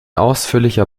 ausführlicher